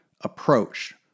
approach